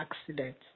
accident